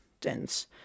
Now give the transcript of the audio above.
dense